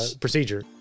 procedure